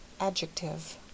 Adjective